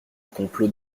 complot